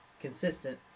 consistent